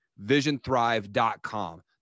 VisionThrive.com